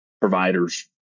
providers